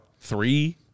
three